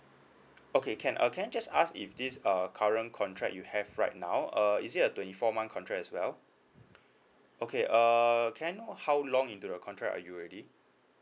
okay can uh can I just ask if this uh current contract you have right now uh is it a twenty four month contract as well okay err can I know how long into the contract are you already